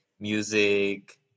music